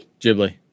ghibli